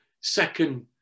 second